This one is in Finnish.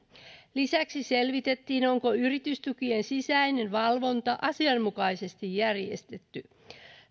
lisäksi selvitettiin onko yritystukien sisäinen valvonta asianmukaisesti järjestetty